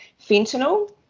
fentanyl